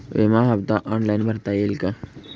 विमा हफ्ता ऑनलाईन भरता येईल का?